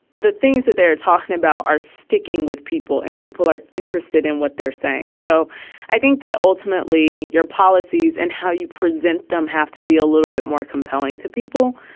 the things that they're talking about are sticking with people and people are interested in what they're saying. so i think that ultimately your policies and how you present them have to be a little bit more compelling to people.